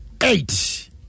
Eight